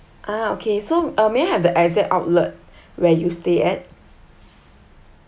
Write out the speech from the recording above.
ah okay so uh may I have the exact outlet where you stayed at